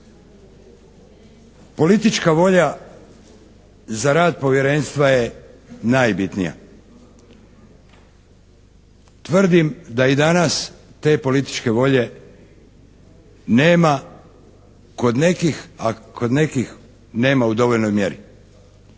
Politička volja za rad Povjerenstva je najbitnija. Tvrdim da i danas te političke volje nema kod nekih, a kod nekih nema u dovoljnoj mjeri.